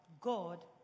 God